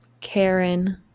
Karen